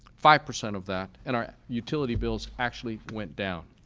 five percent of that, and our utility bills actually went down.